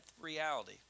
reality